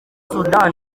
soudan